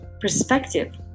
perspective